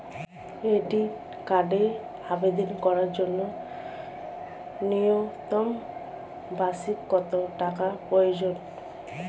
Credit কার্ডের আবেদন করার জন্য ন্যূনতম বার্ষিক কত টাকা প্রয়োজন?